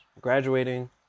graduating